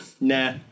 Nah